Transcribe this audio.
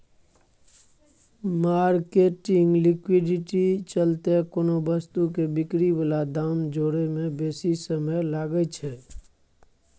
marketing liquidity चलते कोनो वस्तु के बिक्री बला दाम जोड़य में बेशी समय लागइ छइ